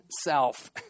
self